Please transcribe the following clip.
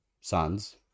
sons